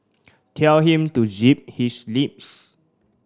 tell him to zip his lips